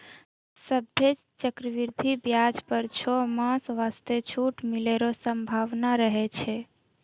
सभ्भे चक्रवृद्धि व्याज पर छौ मास वास्ते छूट मिलै रो सम्भावना रहै छै